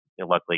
luckily